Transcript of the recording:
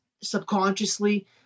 subconsciously